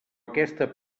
aquesta